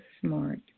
smart